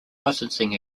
licensing